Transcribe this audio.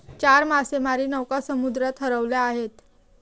चार मासेमारी नौका समुद्रात हरवल्या आहेत